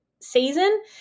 season